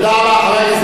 תודה רבה.